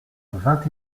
vingt